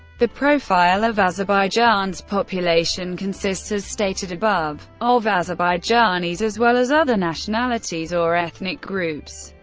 the profile of azerbaijan's population consists, as stated above, of azerbaijanis, as well as other nationalities or ethnic groups,